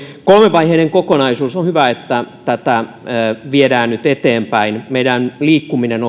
kolmivaiheinen kokonaisuus on hyvä että tätä viedään nyt eteenpäin meidän liikkuminen